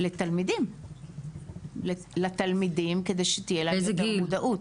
לתלמידים, כדי שתהיה להם מודעות.